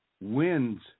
wins